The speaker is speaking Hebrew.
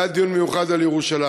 והיה דיון מיוחד על ירושלים.